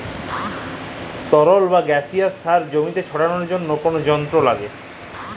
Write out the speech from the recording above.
তরল বা গাসিয়াস সার জমিতে ছড়ালর জন্হে কল যন্ত্র লাগে